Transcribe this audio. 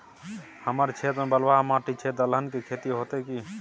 हमर क्षेत्र में बलुआ माटी छै, दलहन के खेती होतै कि?